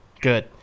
good